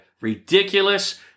ridiculous